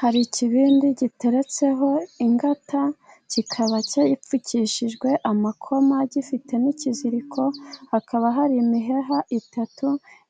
Hari ikibindi giteretseho ingata kikaba gipfukishijwe amakoma, gifite n'ikiziriko hakaba hari imiheha itatu